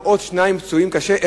ועוד שניים פצועים קשה.